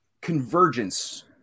convergence